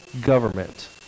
government